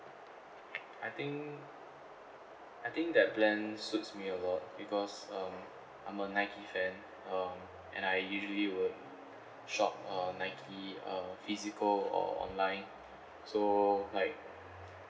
I think I think that plan suits me a lot because um I'm a Nike fan um and I usually would shop uh Nike uh physical or online so like